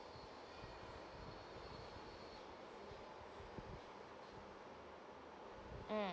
mm